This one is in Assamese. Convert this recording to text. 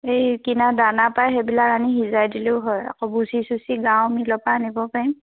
এই কিনা দানা পাই সেইবিলাক আনি সিজাই দিলেও হয় আকৌ ভুচি চুচি গাঁৱৰ মিলৰ পৰা আনিব পাৰিম